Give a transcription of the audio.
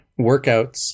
workouts